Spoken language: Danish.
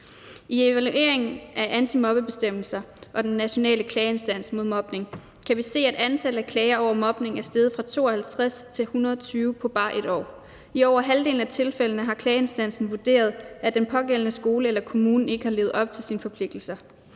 I evalueringen af antimobbebestemmelser og den nationale klageinstans mod mobning kan vi se, at antallet af klager over mobning er steget fra 52 til 120 på bare et år. I over halvdelen af tilfældene har klageinstansen vurderet, at den pågældende skole eller kommune ikke har levet op til sine forpligtelser.